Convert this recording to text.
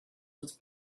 was